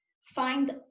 find